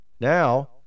Now